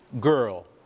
girl